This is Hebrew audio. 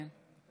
כן.